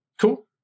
Cool